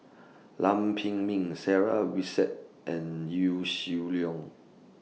Lam Pin Min Sarah Winstedt and Yaw Shin Leong